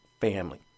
family